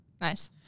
Nice